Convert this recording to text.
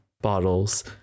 bottles